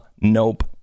nope